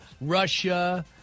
Russia